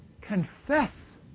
confess